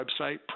website